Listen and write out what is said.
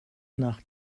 nach